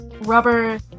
rubber